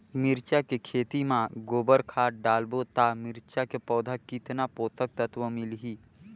मिरचा के खेती मां गोबर खाद डालबो ता मिरचा के पौधा कितन पोषक तत्व मिलही?